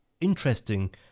interesting